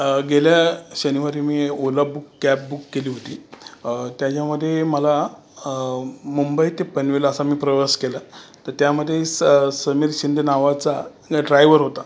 गेल्या शनिवारी मी ओला बुक कॅब बुक केली होती त्याच्यामध्ये मला मुंबई ते पनवेल असा मी प्रवास केला तर त्यामध्ये स समीर शिंदे नावाचा या ड्रायवर होता